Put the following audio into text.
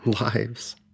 lives